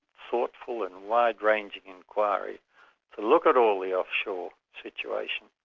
thoughtful and wide-ranging inquiry to look at all the offshore situations,